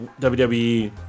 WWE